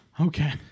Okay